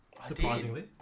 surprisingly